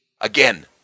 again